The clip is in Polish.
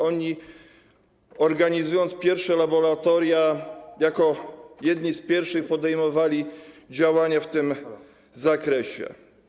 Oni, organizując pierwsze laboratoria, jako jedni z pierwszych podejmowali działania w tym zakresie.